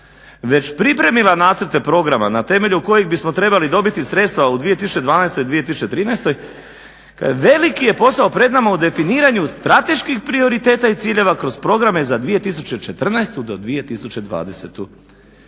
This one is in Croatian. već pripremila nacrte programa na temelju kojih bismo trebali dobiti sredstva u 2012., 2013., veliki je posao pred nama u definiranju strateških prioriteta i ciljeva kroz programe za 2014.-2020.